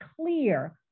clear